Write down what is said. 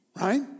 right